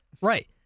Right